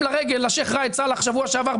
לרגל לשייח' ראיד סאלח בשבוע שעבר,